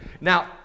Now